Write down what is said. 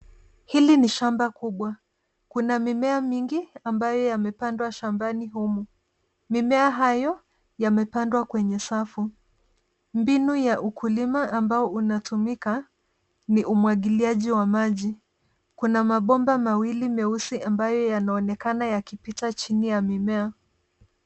Hili ni shamba kubwa. Kuna mimea mingi ambayo imepandwa shambani humu. Mimea hiyo imepandwa kwa safu. Mbinu ya ukulima inayotumika ni umwagiliaji wa maji. Kuna mabomba mawili meusi ambayo yanaonekana yakipita chini ya mimea.